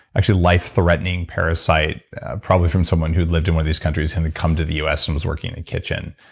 actually life threatening, parasite probably from someone who had lived in one of these countries and come to the us and was working in a kitchen.